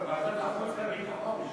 לא, ועדת החוץ והביטחון.